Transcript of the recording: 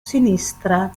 sinistra